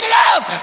love